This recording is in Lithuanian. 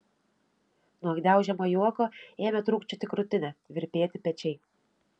nuo gniaužiamo juoko ėmė trūkčioti krūtinė virpėti pečiai